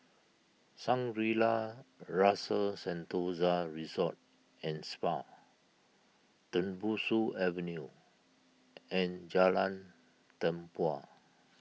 Shangri La's Rasa Sentosa Resort and Spa Tembusu Avenue and Jalan Tempua